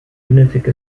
lunatic